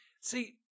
see